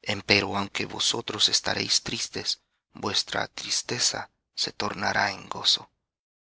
alegrará empero aunque vosotros estaréis tristes vuestra tristeza se tornará en gozo